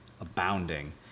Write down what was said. abounding